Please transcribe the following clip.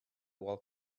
while